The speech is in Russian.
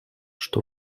что